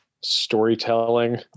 storytelling